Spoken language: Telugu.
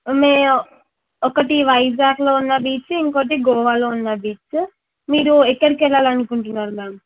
మే ఒకటి వైజాగ్లో ఉన్న బీచ్ ఇంకోటి గోవాలో ఉన్న బీచ్ మీరు ఎక్కడికి వెళ్ళాలి అనుకుంటున్నారు మ్యామ్